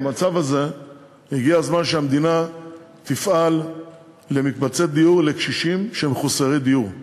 במצב הזה הגיע הזמן שהמדינה תפעל למקבצי דיור לקשישים שהם מחוסרי דיור.